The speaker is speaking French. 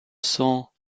cent